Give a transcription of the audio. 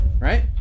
Right